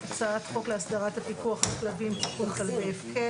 הצעת חוק להסדרת הפיקוח על כלבים (תיקון - כלבי הפקר),